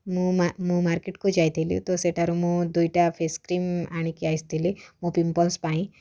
ମୁଁ ମୁଁ ମାର୍କେଟକୁ ଯାଇଥିଲି ତ ସେଠାରେ ମୁଁ ଦୁଇଟା ଫେସ୍ କ୍ରିମ୍ ଆଣିକି ଆସିଥିଲି ମୋ ପିମ୍ପଲସ୍ ପାଇଁ